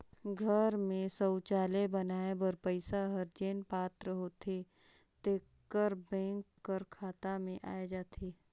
घर में सउचालय बनाए बर पइसा हर जेन पात्र होथे तेकर बेंक कर खाता में आए जाथे